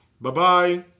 Bye-bye